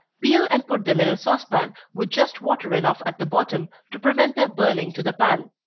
peel and put them in a saucepan, with just water enough at the bottom, to prevent their burning to the pan.